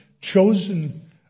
chosen